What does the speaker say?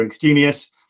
genius